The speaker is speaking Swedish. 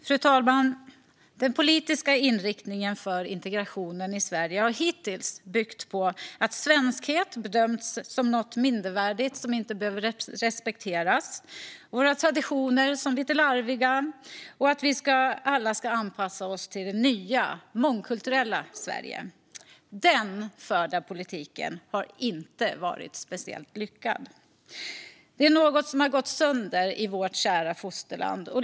Fru talman! Den politiska inriktningen för integrationen i Sverige har hittills byggt på att svenskhet bedömts som något mindervärdigt som inte behöver respekteras, att våra traditioner är lite larviga och att vi alla ska anpassa oss till det nya, mångkulturella Sverige. Denna politik har inte varit speciellt lyckad. Det är något som gått sönder i vårt kära fosterland.